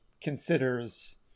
considers